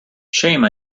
shame